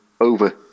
over